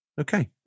Okay